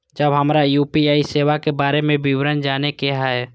जब हमरा यू.पी.आई सेवा के बारे में विवरण जाने के हाय?